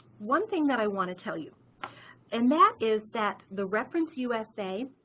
one thing that i want to tell you and that is that the reference usa